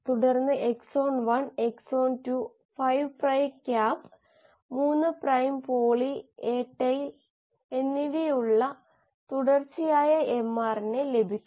തുടർന്ന് scale up scale down എന്നിവയുടെ ചില വശങ്ങൾ പരിശോധിച്ചു